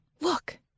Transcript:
Look